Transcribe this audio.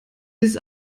bis